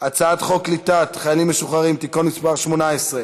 הצעת חוק קליטת חיילים משוחררים (תיקון מס' 18),